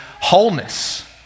wholeness